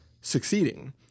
succeeding